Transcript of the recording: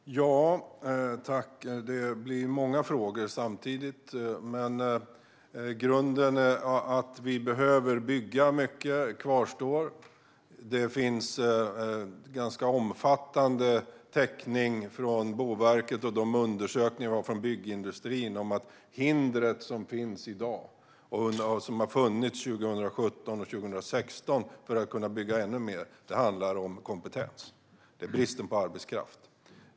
Fru talman! Det blir många frågor samtidigt. Grunden att vi behöver bygga mycket kvarstår. Det finns ganska omfattande täckning från Boverket och i de undersökningar vi har från byggindustrin om att hindret som finns i dag och som har funnits 2017 och 2016 för att kunna bygga ännu mer handlar om kompetens. Det är bristen på arbetskraft.